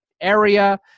area